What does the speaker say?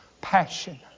passion